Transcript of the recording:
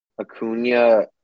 Acuna –